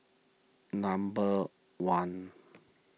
number one